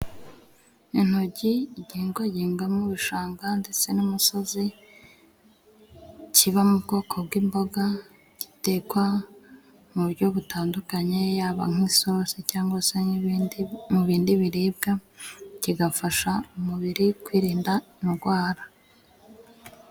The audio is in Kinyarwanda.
Intojyi igihingwa gihingwa mu bishanga ndetse n'imusozi kiba mu bwoko bw'imboga zitekwa mu buryo butandukanye yaba nk'isosi cyangwa se n'ibindi mu bindi biribwa kigafasha umubiri kwirinda indwara.